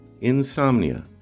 insomnia